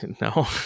No